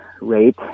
rate